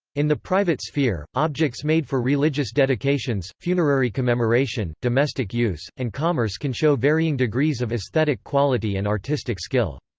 in the private sphere, objects made for religious dedications, funerary commemoration, domestic use, and commerce can show varying degrees of aesthetic quality and artistic skill.